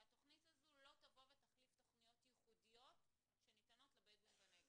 שהתכנית הזו לא תבוא ותחליף תכניות ייחודיות שניתנות לבדואים בנגב.